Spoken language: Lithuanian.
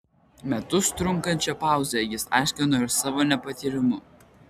metus trunkančią pauzę jis aiškino ir savo nepatyrimu